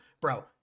bro